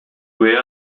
where